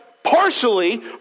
Partially